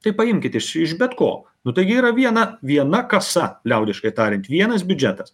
tai paimkit iš iš bet ko nu taigi yra viena viena kasa liaudiškai tariant vienas biudžetas